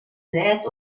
dret